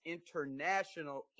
International